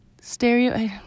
stereo